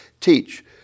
teach